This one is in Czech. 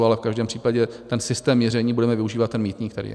Ale v každém případě ten systém měření budeme využívat, ten mýtník tady je.